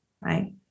right